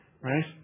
Right